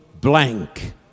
blank